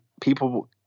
people